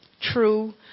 true